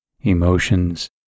emotions